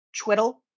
Twiddle